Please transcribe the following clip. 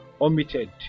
omitted